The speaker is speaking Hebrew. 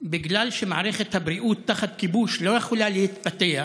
בגלל שמערכת הבריאות תחת כיבוש לא יכולה להתפתח